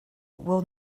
will